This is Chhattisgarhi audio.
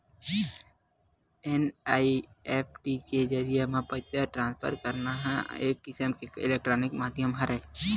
एन.इ.एफ.टी के जरिए म पइसा ट्रांसफर करना ह एक किसम के इलेक्टानिक माधियम हरय